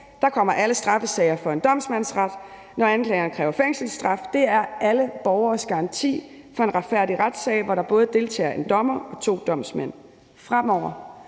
dag kommer alle straffesager for en domsmandsret, når anklageren kræver fængselsstraf, og det er alle borgeres garanti for en retfærdig retssag, hvor der både deltager en dommer og to domsmænd. Fremover